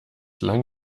lang